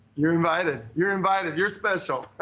you're invited. you're invited. you're special.